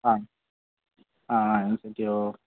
ஆ ஆ ஆ ரொம்ப சேஃப்டியாக ஒர்க்